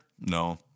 No